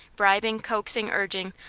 bribing, coaxing, urging,